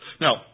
Now